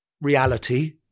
reality